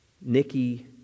Nikki